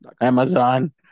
Amazon